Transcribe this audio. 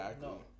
No